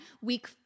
week